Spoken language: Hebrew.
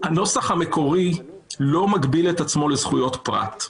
שהנוסח המקורי לא מגביל את עצמו לזכויות פרט.